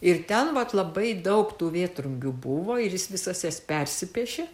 ir ten vat labai daug tų vėtrungių buvo ir jis visas jas persiplėšė